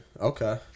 Okay